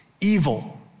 evil